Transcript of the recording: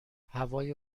هوای